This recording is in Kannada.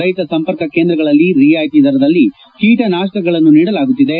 ರೈತ ಸಂಪರ್ಕ ಕೇಂದ್ರಗಳಲ್ಲಿ ರಿಯಾಯಿತಿ ದರದಲ್ಲಿ ಕೀಟನಾಶಕಗಳನ್ನು ನೀಡಲಾಗುತ್ತಿದೆ